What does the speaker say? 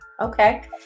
Okay